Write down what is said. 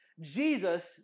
Jesus